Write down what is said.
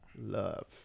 love